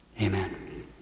Amen